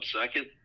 second